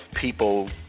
people